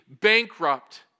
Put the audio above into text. bankrupt